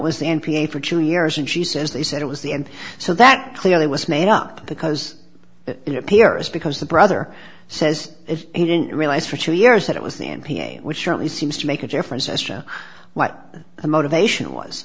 was the n p a for two years and she says they said it was the end so that clearly was made up because it appears because the brother says he didn't realize for two years that it was the n p a which certainly seems to make a difference as to what the motivation was